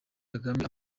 kagame